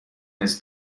his